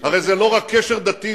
הרי זה לא רק קשר דתי,